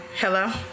Hello